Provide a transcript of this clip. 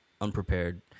unprepared